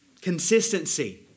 consistency